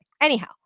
Anyhow